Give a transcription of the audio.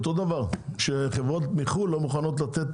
זה אותו הדבר כמו שחברות מחו"ל לא מוכנות לתת